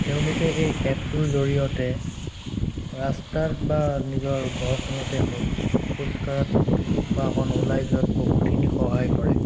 তেওঁলোকে এই এপটোৰ জড়িয়তে ৰাস্তাত বা নিজৰ ঘৰখনতে হওঁক খোজ কঢ়াত বা অকণ ওলাই যোৱাত বহুতখিনি সহায় কৰে